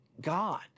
God